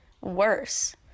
worse